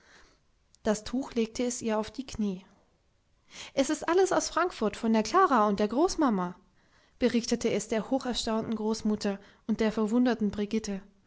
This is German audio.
das tuch legte es ihr auf die knie es ist alles aus frankfurt von der klara und der großmama berichtete es der hocherstaunten großmutter und der verwunderten brigitte